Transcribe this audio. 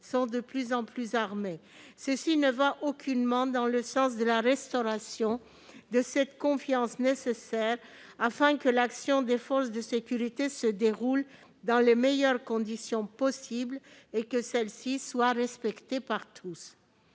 sont de plus en plus armées. Cela ne va aucunement dans le sens de de la restauration de la confiance nécessaire afin que l'action des forces de sécurité se déroule dans les meilleures conditions possible et que celle-ci soit respectée par tous.